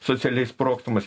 socialiai sprogstamas